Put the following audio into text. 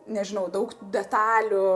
nežinau daug detalių